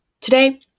Today